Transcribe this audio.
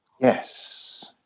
yes